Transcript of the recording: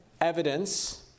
evidence